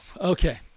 okay